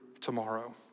tomorrow